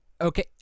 Okay